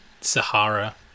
Sahara